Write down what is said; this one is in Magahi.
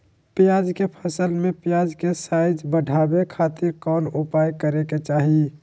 प्याज के फसल में प्याज के साइज बढ़ावे खातिर कौन उपाय करे के चाही?